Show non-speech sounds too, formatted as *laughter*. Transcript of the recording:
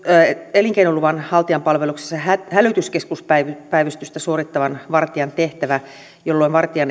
elinkeinoluvan haltijan palveluksessa hälytyskeskuspäivystystä suorittavan vartijan tehtävä jolloin vartija *unintelligible*